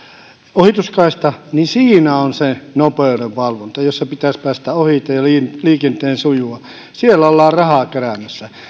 ohituskaista niin siinä on se nopeudenvalvonta missä pitäisi päästä ohitse ja liikenteen sujua siellä ollaan rahaa keräämässä